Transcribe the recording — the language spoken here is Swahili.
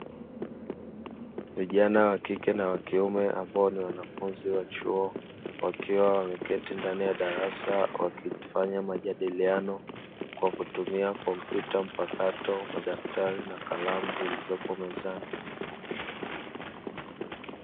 Vijana wa kike na wa kiume ambao ni wanafunzi wa chuo ambao wameketi ndani ya darasa wakifanya majadiliano kwa kutumia kompyuta mpakato, madaftari na kalamu zilizopo mezani.